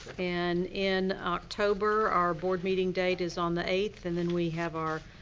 and, in october, our board meeting date is on the eighth. and then we have our